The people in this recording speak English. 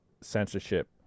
censorship